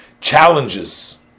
challenges